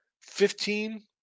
fifteen